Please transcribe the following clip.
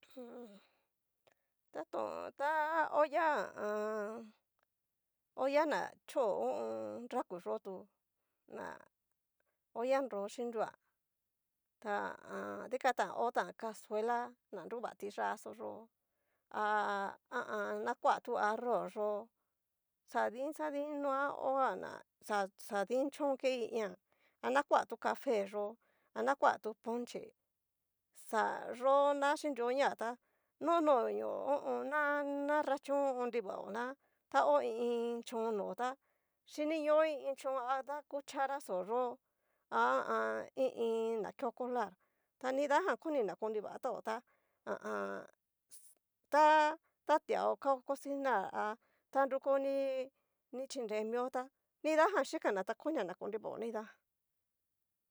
Mm taton ta olla ha a an. olla na cho ho o on. nraku yó tu na olla nro xhinrua, ta ha a an dikan tan hotan casuela na nruva tiya'a xo yó ha ha a an. na kua tu arroz yo, xadin xadin noa oha na xa- xa din chón ke i ian, ana kua tu cafe yo'o, ana koa ponche xa yo na xhinrio ña ta nonoño ho o on. na nanrachón konrivao na ta ho i iin chón no tá xhiniño i iin chón ada cuchara xó yo'o, ha a an i iin na keo kolar, ta nidajan koni na konrivatao tá ha a an. ta tateo kao cosinar ha ta nrukio ni ni chinre mio tá nidajan xhikana ta konia ta konia na konrivao nidajan.